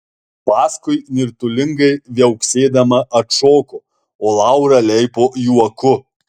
paskui nirtulingai viauksėdama atšoko o laura leipo juoku